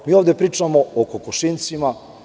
Mi ovde pričamo o kokošinjcima.